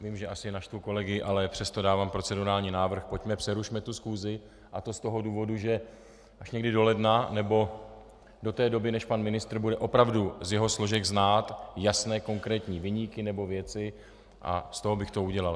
Vím, že asi naštvu kolegy, ale přesto dávám procedurální návrh: pojďme, přerušme tu schůzi, a to z toho důvodu až někdy do ledna nebo do té doby, než pan ministr bude opravdu z jeho složek znát jasné konkrétní viníky nebo věci, a z toho bych to udělal.